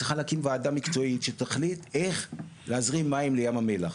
צריכה להקים ועדה מקצועית שתחליט איך להזרים מים לים המלח,